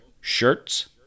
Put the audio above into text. shirts